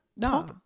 no